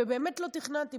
ובאמת לא תכננתי,